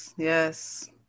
Yes